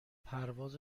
پرواز